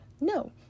No